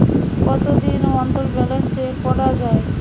কতদিন অন্তর balance check করা য়ায়?